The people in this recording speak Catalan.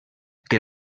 que